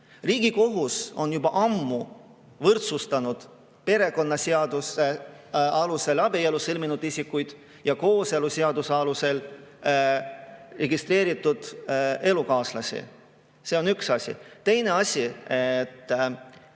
Riigikohus on juba ammu võrdsustanud perekonnaseaduse alusel abielu sõlminud isikud ja kooseluseaduse alusel registreeritud elukaaslased. See on üks asi.